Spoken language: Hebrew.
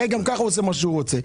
הרי גם ככה הוא עושה מה שהוא רוצה.